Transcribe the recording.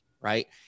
Right